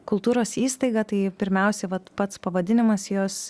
kultūros įstaiga tai pirmiausia vat pats pavadinimas jos